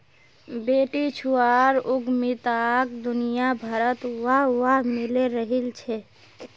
बेटीछुआर उद्यमिताक दुनियाभरत वाह वाह मिले रहिल छे